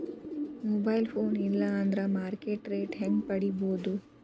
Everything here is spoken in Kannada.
ಮೊಬೈಲ್ ಫೋನ್ ಇಲ್ಲಾ ಅಂದ್ರ ಮಾರ್ಕೆಟ್ ರೇಟ್ ಹೆಂಗ್ ಪಡಿಬೋದು?